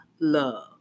love